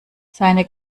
seine